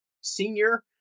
senior